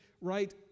right